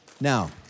Now